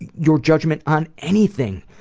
and your judgment on anything.